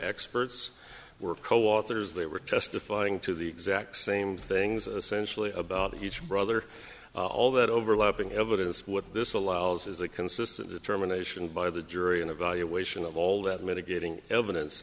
experts were co authors they were testifying to the exact same things essential about each brother all that overlapping evidence what this allows is a consistent determination by the jury and evaluation of all that mitigating evidence